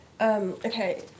Okay